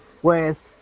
whereas